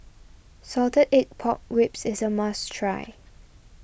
Salted Egg Pork Ribs is a must try